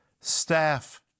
staff